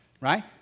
right